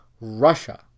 Russia